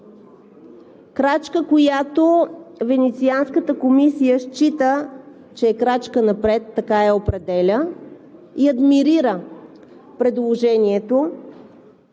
Крачка, която Венецианската комисия счита, че е крачка напред, така я определя и адмирира предложението